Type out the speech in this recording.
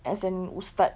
as an ustad